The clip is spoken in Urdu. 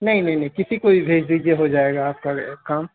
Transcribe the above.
نہیں نہیں کسی کو بھی بھیج دیجیے ہو جائے گا آپ کا کام